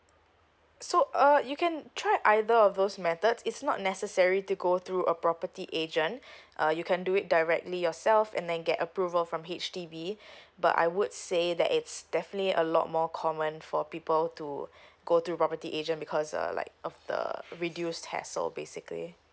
so uh you can try either of those methods is not necessary to go through a property agent uh you can do it directly yourself and then get approval from H_D_B but I would say that it's definitely a lot more common for people to go through property agent because uh like of the reduced tax so basically